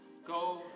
Go